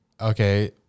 okay